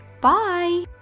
Bye